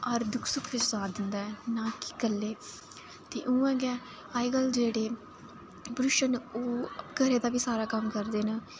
हर दुख सुख दे साथ दिंदा ऐ ना कि कल्ले ते उ'आं गै अजकल जेह्ड़े पुरश न ओह् ैरे दा बी सारा कम्म करदे न